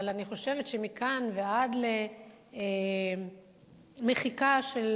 אבל אני חושבת שמכאן ועד למחיקה של